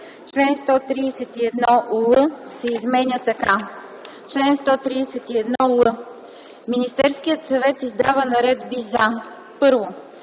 Член 131л се изменя така: „Чл. 131л. Министерският съвет издава наредби за: 1.